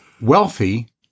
wealthy